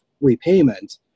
repayment